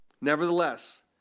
Nevertheless